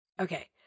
Okay